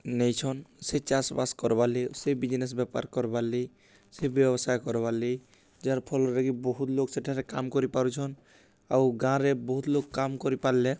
ନେଇଛନ୍ ସେ ଚାଷ୍ବାସ୍ କର୍ବାର୍ଲାଗି ସେ ବିଜ୍ନେସ୍ ବେପାର୍ କର୍ବାର୍ଲାଗି ସେ ବ୍ୟବସାୟ କର୍ବାର୍ଲାଗି ଯାର୍ ଫଳରେ କି ବହୁତ୍ ଲୋକ୍ ସେଠାରେ କାମ୍ କରିପାରୁଛନ୍ ଆଉ ଗାଁରେ ବହୁତ୍ ଲୋକ୍ କାମ୍ କରିପାର୍ଲେ